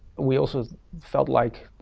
we also felt like,